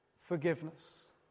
forgiveness